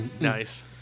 Nice